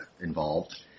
involved